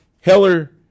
Heller